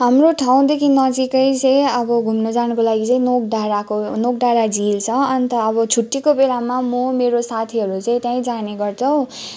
हाम्रो ठाउँदेखि नजिकै चाहिँ अब घुम्नु जानुको लागि चाहिँ नोक डाँडाको नोक डाँडा झील छ अन्त अब छुट्टीको बेलामा म मेरो साथीहरू चाहिँ त्यहीँ जाने गर्छौँ